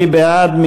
מי בעד?